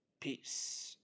Peace